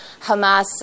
Hamas